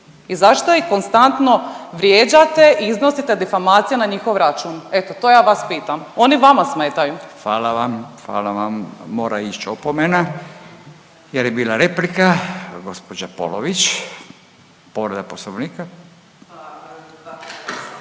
i zašto ih konstantno vrijeđate i iznosite difamacije na njihov račun? Eto to ja vas pitam. Oni vama smetaju. **Radin, Furio (Nezavisni)** Hvala vam, hvala vam, mora ići opomena jer je bila replika. Gospođa Polović, povreda Poslovnika. **Polović,